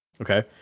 Okay